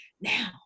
now